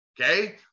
Okay